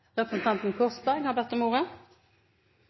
har bedt om ordet.